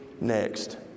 next